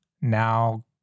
now